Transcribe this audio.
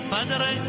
Padre